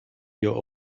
your